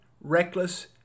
reckless